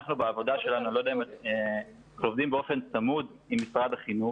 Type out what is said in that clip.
אנחנו בעבודה שלנו עובדים באופן צמוד עם משרד החינוך